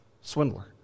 swindler